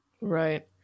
Right